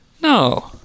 No